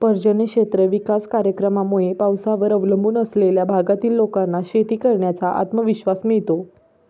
पर्जन्य क्षेत्र विकास कार्यक्रमामुळे पावसावर अवलंबून असलेल्या भागातील लोकांना शेती करण्याचा आत्मविश्वास मिळतो